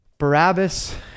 Barabbas